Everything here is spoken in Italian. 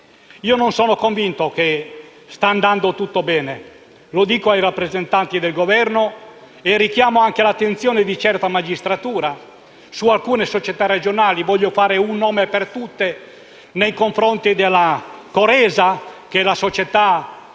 Non sono convinto che stia andando tutto bene. Lo dico ai rappresentanti del Governo e richiamo anche l'attenzione di certa magistratura su alcune società regionali. Voglio fare un nome per tutte: la So.Re.Sa, la società